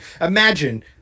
Imagine